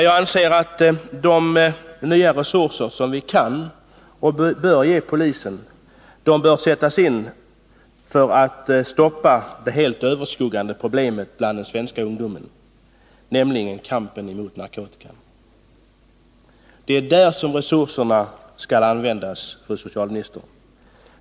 Jag anser att de nya resurser som vi kan och bör ge polisen bör sättas in för att stoppa det helt överskuggande problemet bland den svenska ungdomen, nämligen kampen mot narkotikan. Det är där resurserna skall användas, fru socialminister.